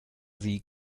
sie